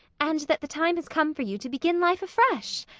and that the time has come for you to begin life afresh.